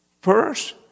first